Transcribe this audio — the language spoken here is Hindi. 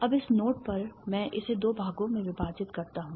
अब इस नोड पर मैं इसे दो भागों में विभाजित करता हूँ